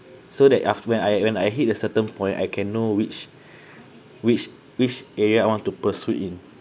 so that after when I when I hit a certain point I can know which which which area I want to pursue in